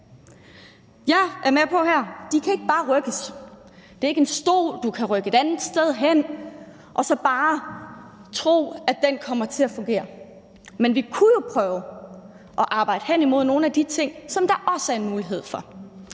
Jeg er med på, at de ikke bare kan rykkes – det er ikke en stol, du kan rykke et andet sted hen og så bare tro, at den kommer til at fungere. Men vi kunne jo prøve at arbejde hen imod nogle af de ting, som der også er en mulighed for: